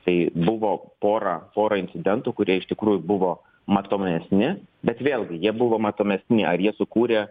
tai buvo pora pora incidentų kurie iš tikrųjų buvo matomesni bet vėlgi jie buvo matomesni ar jie sukūrė